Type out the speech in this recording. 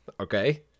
Okay